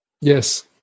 Yes